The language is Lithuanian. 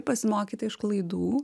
pasimokyti iš klaidų